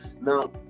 Now